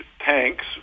tanks